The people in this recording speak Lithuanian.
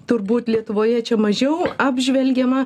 turbūt lietuvoje čia mažiau apžvelgiama